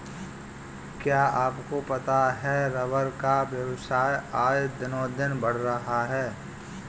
क्या आपको पता है रबर का व्यवसाय आज दिनोंदिन बढ़ रहा है?